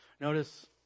Notice